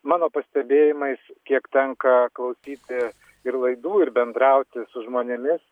mano pastebėjimais kiek tenka klausyti ir laidų ir bendrauti su žmonėmis